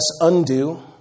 Undo